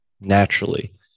naturally